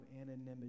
anonymity